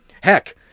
Heck